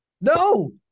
no